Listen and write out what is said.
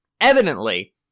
evidently